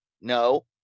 No